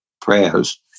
prayers